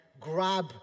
grab